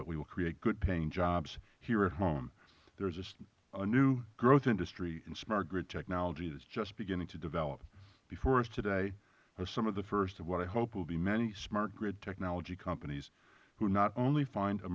will create good paying jobs here at home there is a new growth industry in smart grid technology that is just beginning to develop before us today are some of the first of what i hope will be many smart grid technology companies who not only find a